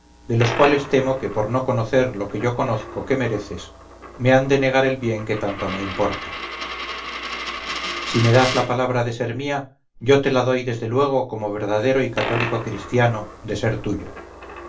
de los cuales temo que por no conocer lo que yo conozco que mereces me han de negar el bien que tanto me importa si me das la palabra de ser mía yo te la doy desde luego como verdadero y cathólico christiano de ser tuyo